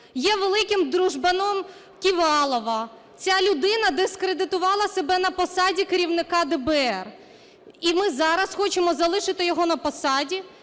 є великим "дружбаном" Ківалова. Ця людина дискредитувала себе на посаді керівника ДБР. І ми зараз хочемо залишити його на посаді,